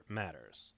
matters